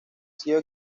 sido